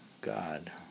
God